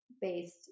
based